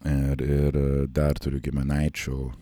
ir ir dar turiu giminaičių